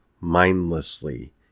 mindlessly